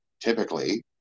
typically